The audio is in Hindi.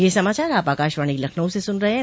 ब्रे क यह समाचार आप आकाशवाणी लखनऊ से सुन रहे हैं